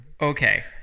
Okay